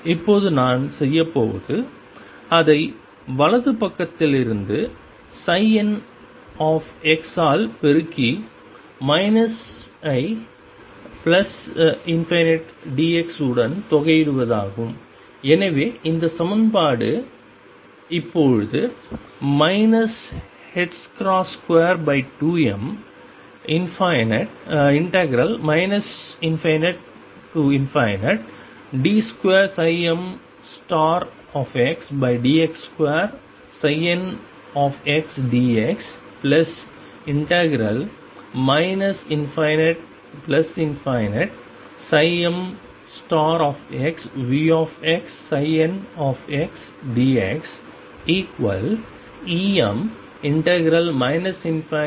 இப்போது நான் செய்யப்போவது அதை வலது பக்கத்திலிருந்து n ஆல் பெருக்கி ∞ ஐ dx உடன் தொகையீடுவதாகும் எனவே இந்த சமன்பாடு இப்போது 22m ∞d2mdx2ndx ∞mVxndxEm ∞mndx